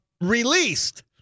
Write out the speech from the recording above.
released